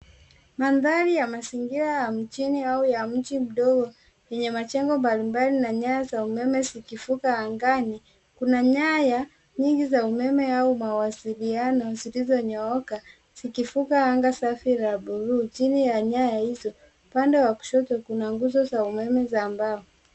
Maandari ya mazingira ya mjini au ya mji mdogo enye majengo mbali mbali na nyaya ya umeme zikivuka angaani, kuna nyaya nyingi za umeme au mawaziliano zilizonyooka zikivuka angaa safi la bluu chini ya nyaya hizo, pande wa kushoto kuna nguzo za umeme za mbao.